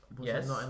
Yes